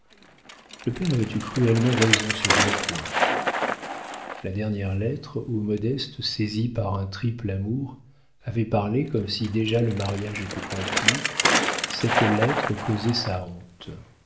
le père avait eu cruellement raison sur un point la dernière lettre où modeste saisie par un triple amour avait parlé comme si déjà le mariage était conclu cette lettre causait sa honte